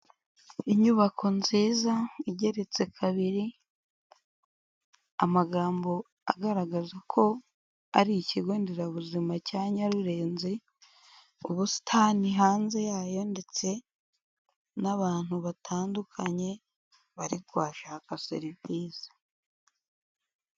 Inyubako nziza igeretse kabiri, amagambo agaragaza ko ari ikigo nderabuzima cya Nyarurenzi, ubusitani hanze yayo ndetse n'abantu batandukanye bari kuhashaka serivisi.